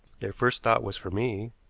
their first thought was for me,